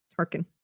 Tarkin